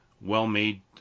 well-made